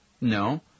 no